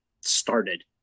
started